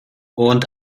und